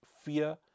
fear